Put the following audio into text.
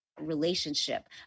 relationship